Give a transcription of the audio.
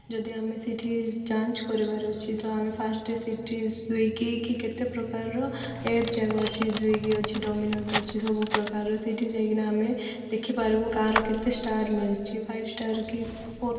ଯଦି ଆମେ ସେଠି ଯାଞ୍ଚ କରିବାର ଅଛି ତ ଆମେ ଫାର୍ଷ୍ଟ ସେଠି ସ୍ଵିଗି କି କେତେ ପ୍ରକାରର ଆପ୍ ଜାକ ଅଛି ସ୍ଵିଗି ଅଛି ଡମିନୋଜ୍ ଅଛି ସବୁ ପ୍ରକାରର ସେଇଠି ଯାଇକିନା ଆମେ ଦେଖିପାରିବୁ କାହାର କେତେ ଷ୍ଟାର୍ ମିଳୁଛି ଫାଇଭ୍ ଷ୍ଟାର୍ କି